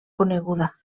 coneguda